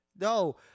No